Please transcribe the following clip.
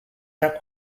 are